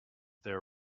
their